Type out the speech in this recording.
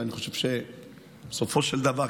ואני חושב שבסופו של דבר,